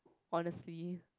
honestly